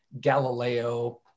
Galileo